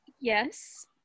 Yes